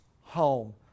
home